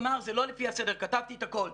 זה לא לפי הסדר, כתבתי את הכול.